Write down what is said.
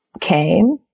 came